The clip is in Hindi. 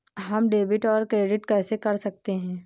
हम डेबिटऔर क्रेडिट कैसे कर सकते हैं?